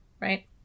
right